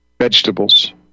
vegetables